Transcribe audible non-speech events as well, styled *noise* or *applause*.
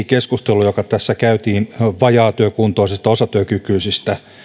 *unintelligible* keskusteluun joka tässä käytiin vajaatyökuntoisista ja osatyökykyisistä